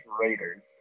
Raiders